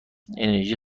انرژی